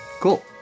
Cool